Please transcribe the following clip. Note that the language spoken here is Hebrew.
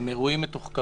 הם אירועים מתוחקרים.